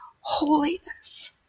holiness